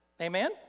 Amen